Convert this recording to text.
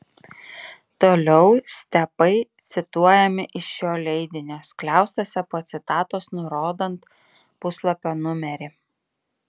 toliau stepai cituojami iš šio leidinio skliaustuose po citatos nurodant puslapio numerį